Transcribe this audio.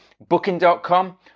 Booking.com